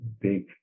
big